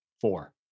Four